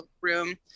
room